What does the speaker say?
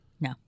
No